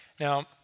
Now